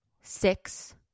six